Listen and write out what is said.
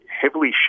heavily